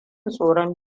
tsoron